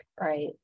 right